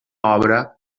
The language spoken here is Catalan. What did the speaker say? obra